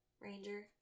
Ranger